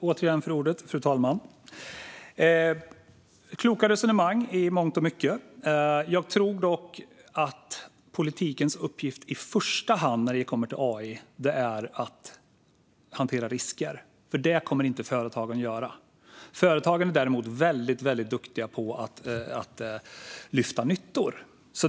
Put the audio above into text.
Fru talman! Det är kloka resonemang i mångt och mycket. Jag tror dock att politikens uppgift när det kommer till AI i första hand är att hantera risker, för det kommer inte företagen att göra. Företagen är däremot väldigt duktiga på att lyfta nyttor.